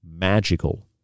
magical